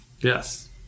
Yes